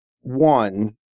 one